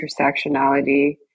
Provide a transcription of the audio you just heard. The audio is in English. intersectionality